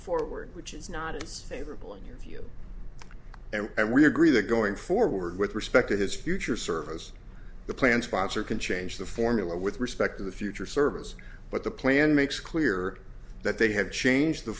forward which is not is favorable in your view and we agree that going forward with respect to his future service the plan sponsor can change the formula with respect to the future service but the plan makes clear that they have changed the